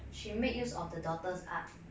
she made use of the daughter's art